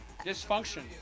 Dysfunction